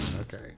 Okay